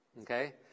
okay